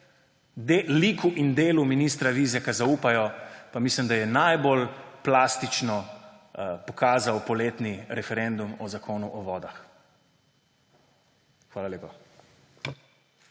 liku in delu ministra Vizjaka zaupajo, pa mislim, da je najbolj plastično pokazal poletni referendum o Zakonu o vodah. Hvala lepa.